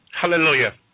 Hallelujah